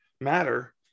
matter